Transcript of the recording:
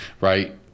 right